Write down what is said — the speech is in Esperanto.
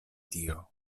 tio